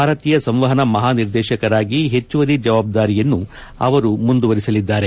ಭಾರತೀಯ ಸಂವಹನ ಮಹಾನಿರ್ದೇಶಕರಾಗಿ ಹೆಚ್ಚುವರಿ ಜವಾಬ್ದಾರಿಯನ್ನು ಅವರು ಮುಂದುವರಿಸಲಿದ್ದಾರೆ